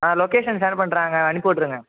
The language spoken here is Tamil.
நான் லொகேஷன் ஷேர் பண்ணுறேன் அங்கே அனுப்பிவிட்ருங்க